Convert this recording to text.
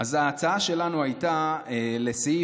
עכשיו, אני ידעתי שאתה תגיד את